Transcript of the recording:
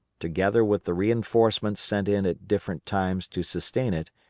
together with the reinforcements sent in at different times to sustain it,